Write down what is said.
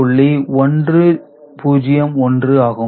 1 0 1 ஆகும்